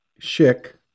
Shik